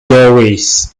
doorways